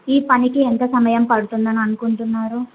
ఈ పనికి ఎంత సమయం పడుతుందని అనుకుంటున్నారు